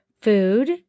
Food